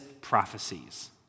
prophecies